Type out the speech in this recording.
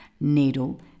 needle